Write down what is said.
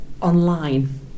online